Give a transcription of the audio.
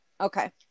Okay